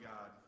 God